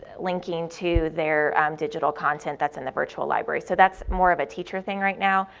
linking to their digital content, that's in the virtual library, so that's more of a teacher thing right now,